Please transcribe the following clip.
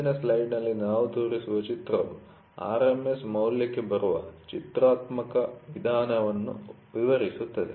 ಮುಂದಿನ ಸ್ಲೈಡ್ನಲ್ಲಿ ನಾವು ತೋರಿಸುವ ಚಿತ್ರವು RMS ಮೌಲ್ಯಕ್ಕೆ ಬರುವ ಚಿತ್ರಾತ್ಮಕ ವಿಧಾನವನ್ನು ವಿವರಿಸುತ್ತದೆ